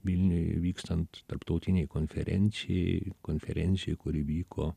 vilniuj vykstant tarptautinei konferencijai konferencijai kuri vyko